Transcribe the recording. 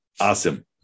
Awesome